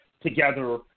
together